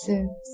Six